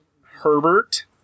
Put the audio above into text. Herbert